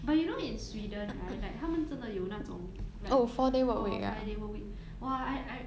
but you know in sweden right like 他们真的有那种 like four five day work week !wah! I I